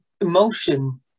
emotion